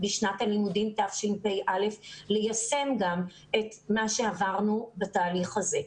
בשנת הלימודים תשפ"א ליישם גם את מה שעברנו בתהליך הזה,